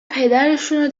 پدرشونو